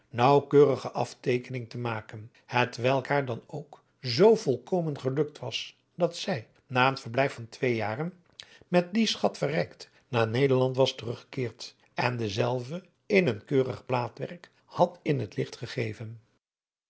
naauwkeurige afteekeningen te maken hetwelk haar dan ook zoo volkomen gelukt was dat zij naeen verblijf van twee jaren met dien schat verrijkt naar nederland was teruggekeerd en dezelve in een keurig plaatwerk had in het licht gegeven